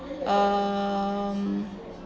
um